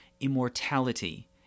immortality